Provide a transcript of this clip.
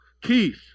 Keith